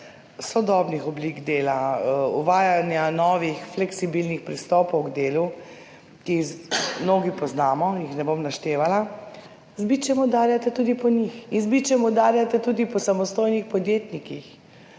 sodobnih oblik dela, uvajanja novih fleksibilnih pristopov k delu, ki jih mnogi poznamo in jih ne bom naštevala, z bičem udarjate tudi po njih in z bičem udarjate tudi po samostojnih podjetnikih.